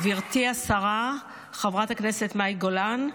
גברתי השרה חברת הכנסת מאי גולן,